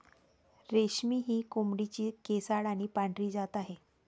रेशमी ही कोंबडीची केसाळ आणि पांढरी जात आहे